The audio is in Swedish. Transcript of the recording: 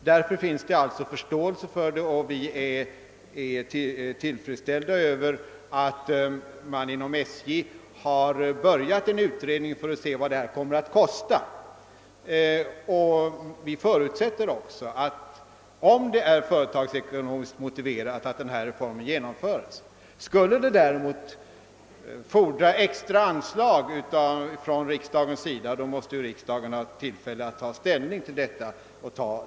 Det finns alltså förståelse för detta inom utskottet och vi hyser tillfredsställelse över att SJ har startat en utredning om kostnaderna. Vi förutsätter också att reformen genomförs om det visar sig företagsekonomiskt motiverat... Skulle den: däremot kräva extra anslag måste riksdagen beredas tillfälle att pröva frågan.